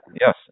Yes